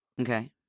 Okay